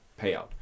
payout